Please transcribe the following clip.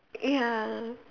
ya